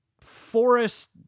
forest